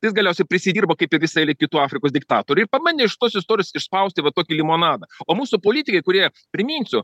jis galiausiai prisidirbo kaip ir visa eilė kitų afrikos diktatorių ir pabandė iš tos istorijos išspausti va tokį limonadą o mūsų politikai kurie priminsiu